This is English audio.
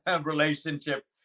relationship